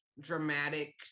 dramatic